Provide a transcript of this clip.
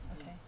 Okay